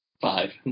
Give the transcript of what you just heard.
Five